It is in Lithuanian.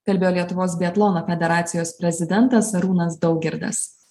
kalbėjo lietuvos biatlono federacijos prezidentas arūnas daugirdas